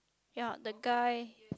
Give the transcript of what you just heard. ya the guy